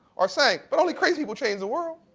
are saying. but only crazy people change the world.